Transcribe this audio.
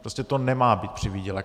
Prostě to nemá být přivýdělek.